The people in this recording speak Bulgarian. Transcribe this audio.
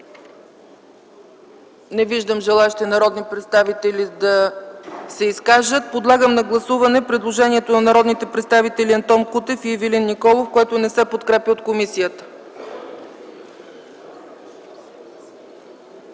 Не виждам желаещи народни представители да се изкажат. Подлагам на гласуване предложението на народните представители Антон Кутев и Ивелин Николов, което не се подкрепя от комисията.